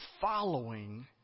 following